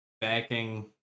backing